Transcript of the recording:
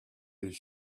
his